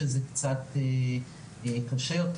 שזה קצת קשה יותר.